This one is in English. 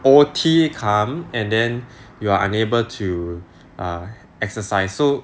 O_T come and then you are unable to err exercise so